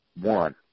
One